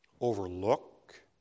overlook